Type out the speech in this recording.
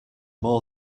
more